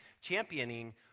championing